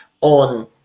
on